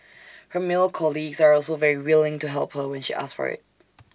her male colleagues are also very willing to help her when she asks for IT